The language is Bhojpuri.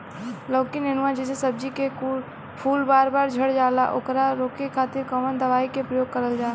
लौकी नेनुआ जैसे सब्जी के फूल बार बार झड़जाला ओकरा रोके खातीर कवन दवाई के प्रयोग करल जा?